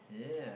yeah